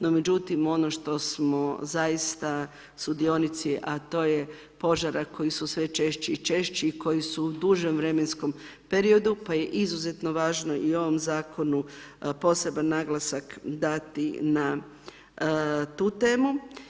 No međutim ono što smo zaista sudionici, a to je požara koji su sve češći i češći i koji su u dužem vremenskom periodu pa je izuzetno važno i ovom zakonu poseban naglasak dati na tu temu.